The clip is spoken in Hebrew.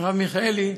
מרב מיכאלי.